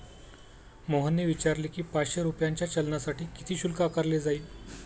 मोहनने विचारले की, पाचशे रुपयांच्या चलानसाठी किती शुल्क आकारले जाईल?